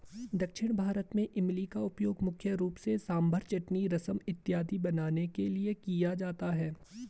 दक्षिण भारत में इमली का उपयोग मुख्य रूप से सांभर चटनी रसम इत्यादि बनाने के लिए किया जाता है